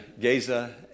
Gaza